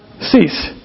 cease